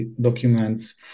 documents